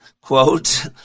quote